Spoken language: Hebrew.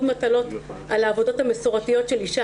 מטלות על העבודות המסורתיות של אישה.